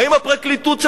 האם הפרקליטות,